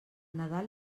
nadal